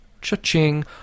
cha-ching